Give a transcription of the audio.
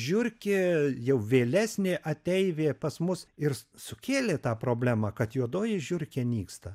žiurkė jau vėlesnė ateivė pas mus ir sukėlė tą problemą kad juodoji žiurkė nyksta